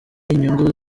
inyungu